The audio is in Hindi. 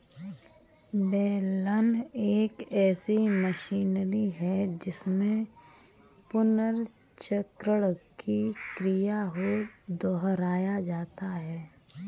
बेलन एक ऐसी मशीनरी है जिसमें पुनर्चक्रण की क्रिया को दोहराया जाता है